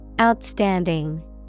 Outstanding